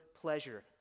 pleasure